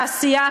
תעשייה,